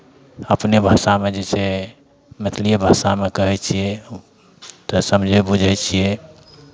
अपने भाषामे जे छै मैथिलिए भाषामे कहै छियै तऽ समझै बूझै छियै